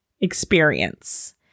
experience